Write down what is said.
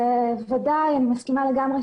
בוודאי שאני מסכימה לגמרי,